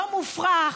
לא מופרך,